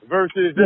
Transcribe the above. Versus